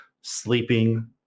sleeping